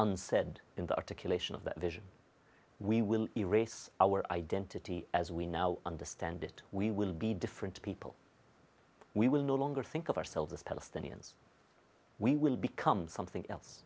unsaid in the articulation of that vision we will erase our identity as we now understand it we will be different people we will no longer think of ourselves as palestinians we will become something else